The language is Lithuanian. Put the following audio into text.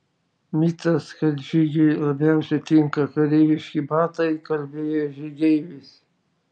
mitas kad žygiui labiausiai tinka kareiviški batai kalbėjo žygeivis